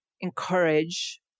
encourage